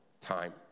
time